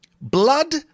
Blood